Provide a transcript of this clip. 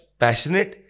passionate